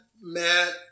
Matt